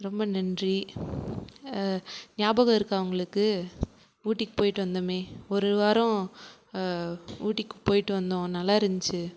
ரொம்ப நன்றி ஞாபகம் இருக்கா உங்களுக்கு ஊட்டிக்கு போயிட்டு வந்தோமே ஒரு வாரம் ஊட்டிக்கு போயிட்டு வந்தோம் நல்லாருந்துச்சு